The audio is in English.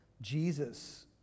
Jesus